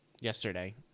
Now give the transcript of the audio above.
yesterday